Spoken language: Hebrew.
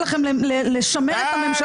עד כמה הרצון שלכם לשמר את הממשלה